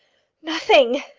nothing,